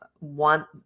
want